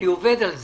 אני עובד על זה.